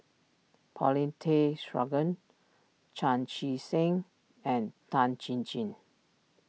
Paulin Tay Straughan Chan Chee Seng and Tan Chin Chin